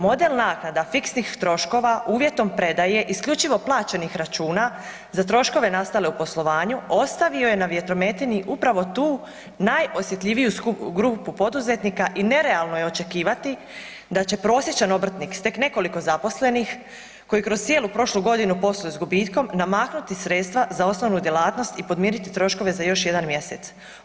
Model naknada fiksnih troškova uvjetom predaje isključivo plaćenih računa za troškove nastale u poslovanje ostavio je na vjetrometini upravo tu najosjetljiviju grupu poduzetnika i nerealno je očekivati da će prosječan obrtnik s tek nekoliko zaposlenih koji kroz cijelu prošlu godinu posluje s gubitkom namaknuti sredstva za osnovnu djelatnost i podmiriti troškove za još jedan mjesec.